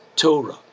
Torah